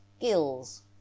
gills